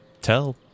tell